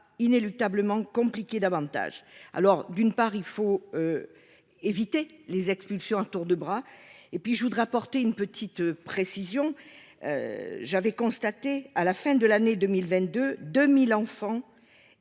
inéluctablement compliquer davantage. Alors d'une part il faut. Éviter les expulsions à tour de bras et puis je voudrais apporter une petite précision. J'avais constaté à la fin de l'année 2022 2000 enfants